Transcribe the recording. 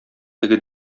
теге